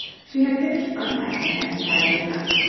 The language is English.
she had finished unpacking and tidying up.